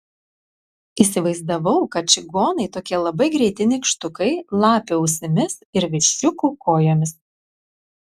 įsivaizdavau kad čigonai tokie labai greiti nykštukai lapių ausimis ir viščiukų kojomis